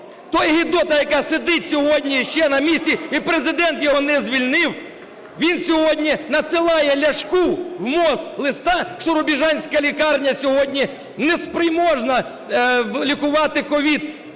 та гидота, яка сидить сьогодні ще на місці і Президент його не звільнив, він сьогодні надсилає Ляшку в МОЗ листа, що Рубіжанська лікарня сьогодні не спроможна лікувати COVID.